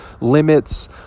limits